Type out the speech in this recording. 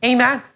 Amen